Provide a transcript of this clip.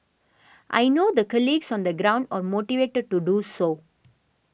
I know the colleagues on the ground are motivated to do so